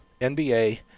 NBA